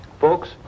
Folks